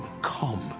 come